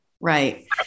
Right